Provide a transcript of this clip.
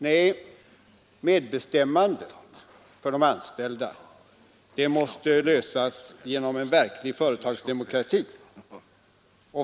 Nej, medbestämmandet för de anställda måste lösas genom en verklig företagsdemokrati.